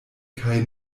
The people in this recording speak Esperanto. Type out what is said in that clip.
kaj